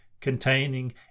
containing